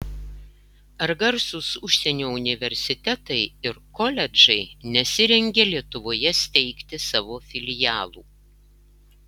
ar garsūs užsienio universitetai ir koledžai nesirengia lietuvoje steigti savo filialų